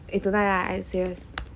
eh tonight ah are you serious